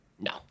No